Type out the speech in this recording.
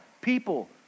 people